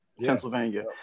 Pennsylvania